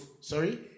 sorry